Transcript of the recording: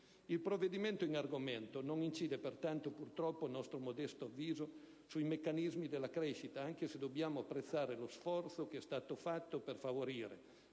Il provvedimento non incide pertanto, purtroppo, a nostro modesto avviso, sui meccanismi della crescita, anche se dobbiamo apprezzare lo sforzo che è stato fatto per favorire,